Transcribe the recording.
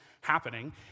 happening